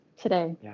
today